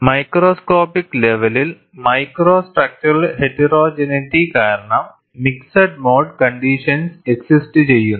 microscopic ലെവലിൽ micro structural heterogeneity കാരണം mixed mode conditions exist ചെയ്യുന്നു